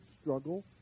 struggle